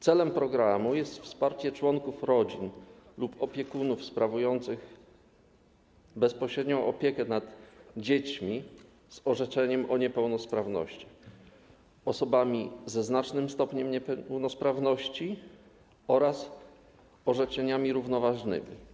Celem programu jest wsparcie członków rodzin lub opiekunów sprawujących bezpośrednią opiekę nad dziećmi z orzeczeniem o niepełnosprawności, osobami ze znacznym stopniem niepełnosprawności oraz orzeczeniami równoważnymi.